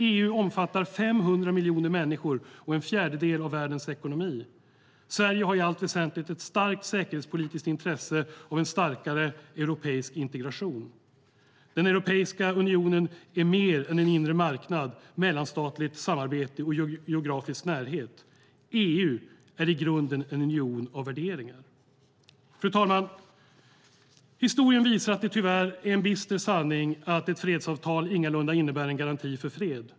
EU omfattar 500 miljoner människor och en fjärdedel av världens ekonomi. Sverige har i allt väsentligt ett starkt säkerhetspolitiskt intresse av en starkare europeisk integration. Europeiska unionen är mer än inre marknad, mellanstatligt samarbete och geografisk närhet. EU är i grunden en union av värderingar. Fru talman! Historien visar att det tyvärr är en bister sanning att ett fredsavtal ingalunda innebär en garanti för fred.